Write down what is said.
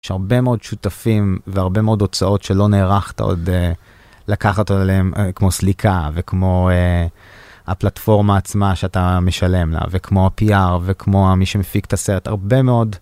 יש הרבה מאוד שותפים והרבה מאוד הוצאות שלא נערכת עוד לקחת אותה כמו סליקה וכמו הפלטפורמה עצמה שאתה משלם לה וכמו הפי.אר וכמו מי שמפיק את הסרט, הרבה מאוד.